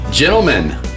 Gentlemen